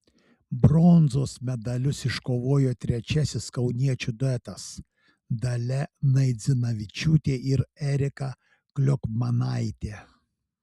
bronzos medalius iškovojo trečiasis kauniečių duetas dalia naidzinavičiūtė ir erika kliokmanaitė